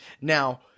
Now